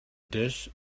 dish